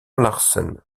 larsen